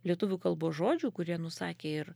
lietuvių kalbos žodžių kurie nusakė ir